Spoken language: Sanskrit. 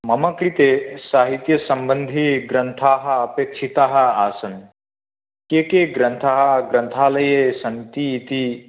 मम कृते साहित्यसम्बन्धिग्रन्थाः अपेक्षिताः आसन् के के ग्रन्थाः ग्रन्थालये सन्ति इति